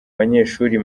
abanyeshuri